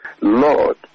Lord